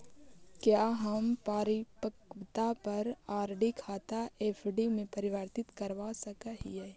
क्या हम परिपक्वता पर आर.डी खाता एफ.डी में परिवर्तित करवा सकअ हियई